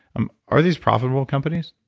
um are these profitable companies?